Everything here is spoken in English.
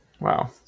Wow